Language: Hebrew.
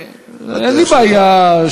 אני היום לא רוצה לדבר,